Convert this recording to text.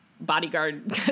bodyguard